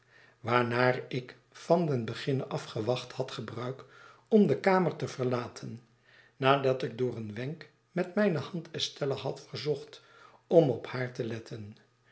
waarnaar ik van den beginne af gewacht had gebruik om de kamer te verlaten nadat ik door een wenk met mijne hand estella had verzocht om op haar te letten